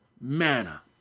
manna